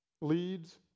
leads